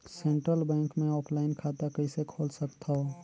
Central bank मे offline खाता कइसे खोल सकथव?